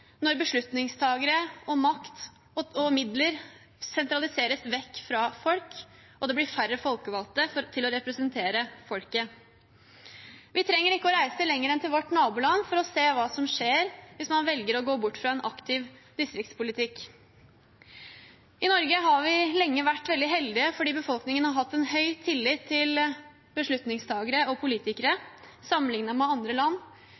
når beslutningstakere, makt og midler sentraliseres vekk fra folk og det blir færre folkevalgte til å representere folket. Vi trenger ikke å reise lenger enn til vårt naboland for å se hva som skjer hvis man velger å gå bort fra en aktiv distriktspolitikk. I Norge har vi lenge vært veldig heldige fordi befolkningen har hatt en høy tillit til beslutningstakere og politikere sammenlignet med andre land.